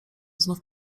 znów